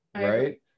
Right